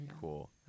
cool